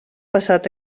passat